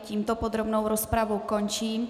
Tímto podrobnou rozpravu končím.